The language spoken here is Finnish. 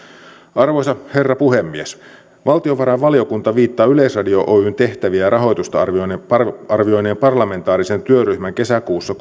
arvoisa herra puhemies valtiovarainvaliokunta viittaa yleisradio oyn tehtäviä ja rahoitusta arvioineen arvioineen parlamentaarisen työryhmän kesäkuussa